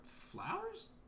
flowers